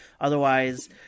Otherwise